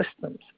systems